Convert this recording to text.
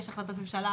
יש החלטת ממשלה,